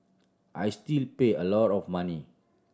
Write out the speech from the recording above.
I still pay a lot of money